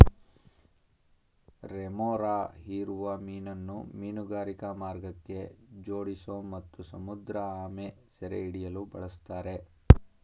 remora ಹೀರುವ ಮೀನನ್ನು ಮೀನುಗಾರಿಕಾ ಮಾರ್ಗಕ್ಕೆ ಜೋಡಿಸೋ ಮತ್ತು ಸಮುದ್ರಆಮೆ ಸೆರೆಹಿಡಿಯಲು ಬಳುಸ್ತಾರೆ